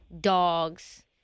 dogs